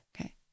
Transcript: Okay